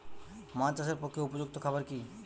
মাছ চাষের পক্ষে উপযুক্ত খাবার কি কি?